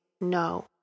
no